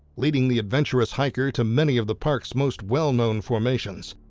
leading the adventurous hiker to many of the parks most well known formations.